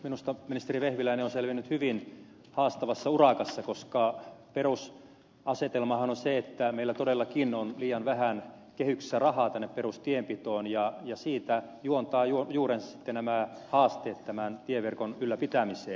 minusta ministeri vehviläinen on selvinnyt hyvin haastavassa urakassa koska perusasetelmahan on se että meillä todellakin on liian vähän kehyksissä rahaa tänne perustienpitoon ja siitä juontavat juurensa nämä haasteet tämän tieverkon ylläpitämiseen